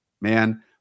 man